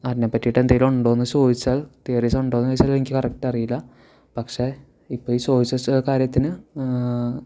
അതിനെ പറ്റിട്ട് എന്തെങ്കിലും ഉണ്ടോയെന്നു ചോദിച്ചാൽ തിയറീസ് ഉണ്ടോയെന്നു ചോദിച്ചാൽ എനിക്ക് കറക്റ്റ് അറിയില്ല പക്ഷേ ഇപ്പോൾ ഈ ചോദിച്ച ചില കാര്യത്തിന്